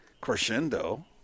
crescendo